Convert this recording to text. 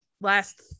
last